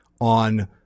on